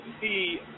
see